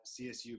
CSU